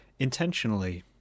intentionally